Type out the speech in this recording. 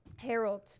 Harold